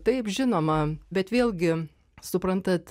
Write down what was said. taip žinoma bet vėlgi suprantat